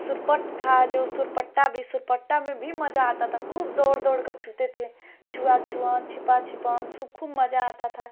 सुरपट्ट था जो सुरपट्टा भी सुरपट्टा में भी मज़ा आता था खूब दौड़ दौड़कर छूते थे छुआ छुअम और छिपा छिपम खूब मज़ा आता था